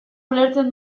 ulertzen